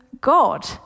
God